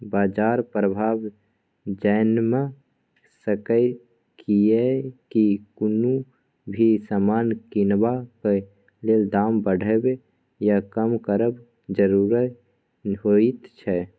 बाजार प्रभाव जनैम सकेए कियेकी कुनु भी समान किनबाक लेल दाम बढ़बे या कम करब जरूरी होइत छै